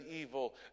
evil